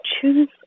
choose